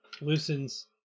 Loosens